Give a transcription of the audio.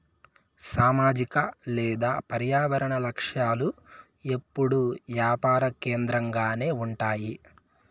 సామాజిక లేదా పర్యావరన లక్ష్యాలు ఎప్పుడూ యాపార కేంద్రకంగానే ఉంటాయి